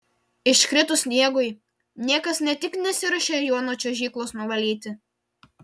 iškritus sniegui niekas ne tik nesiruošia jo nuo čiuožyklos nuvalyti